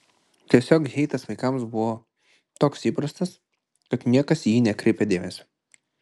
tiesiog heitas vaikams buvo toks įprastas kad niekas į jį nekreipė dėmesio